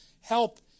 help